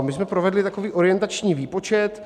My jsme provedli takový orientační výpočet.